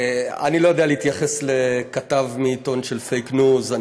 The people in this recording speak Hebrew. אני לא יודע להתייחס לכתב מעיתון של פייק ניוז.